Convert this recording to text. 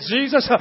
Jesus